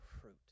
fruit